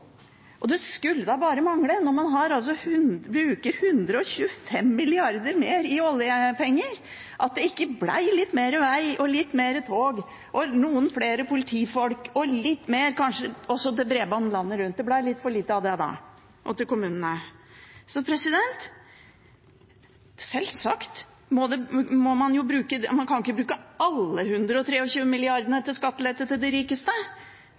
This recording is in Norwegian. Og det skulle da bare mangle, når man bruker 125 mrd. kr mer i oljepenger, at det ikke ble litt mer veg og litt mer tog og noen flere politifolk og kanskje også litt mer til bredbånd landet rundt – det ble litt for lite av det – og litt til kommunene. Man kan ikke bruke alle de 125 milliardene til skattelette til de rikeste.